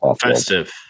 Festive